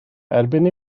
erbyn